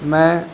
میں